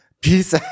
peace